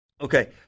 Okay